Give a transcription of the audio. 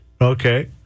Okay